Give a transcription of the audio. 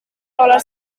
roller